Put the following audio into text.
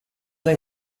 they